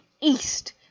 east